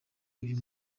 uyu